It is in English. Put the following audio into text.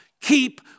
Keep